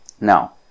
Now